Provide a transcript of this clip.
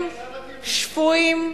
אנשים שפויים,